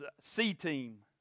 C-team